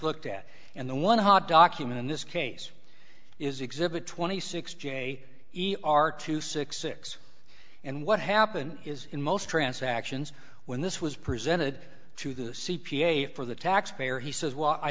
looked at and the one hot document in this case is exhibit twenty six j e r two six six and what happened is in most transactions when this was presented to the c p a for the taxpayer he says well i